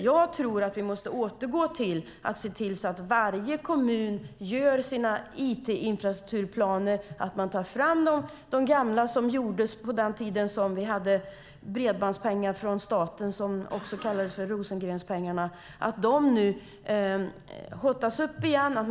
Jag tror att vi måste återgå till att se till att varje kommun gör sina it-infrastrukturplaner. Man kan ta fram de gamla planerna som gjordes på den tiden vi hade bredbandspengar från staten, även kallade Rosengrenspengarna, och hotta upp dem igen.